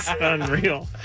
Unreal